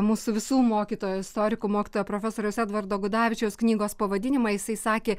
mūsų visų mokytojo istorikų mokytojo profesoriaus edvardo gudavičiaus knygos pavadinimą jisai sakė